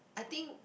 I think